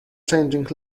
changing